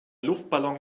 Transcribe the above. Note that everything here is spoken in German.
luftballon